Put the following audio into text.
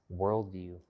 worldview